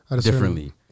Differently